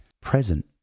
present